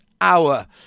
hour